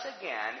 again